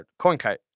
CoinKite